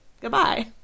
Goodbye